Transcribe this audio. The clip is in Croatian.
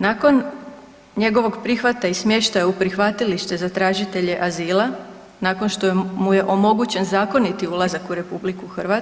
Nakon njegovog prihvata i smještaja u prihvatilište za tražitelje azila, nakon što mu je omogućen zakoniti ulazak u RH